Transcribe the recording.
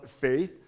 faith